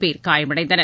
பேர் காயமடைந்தனர்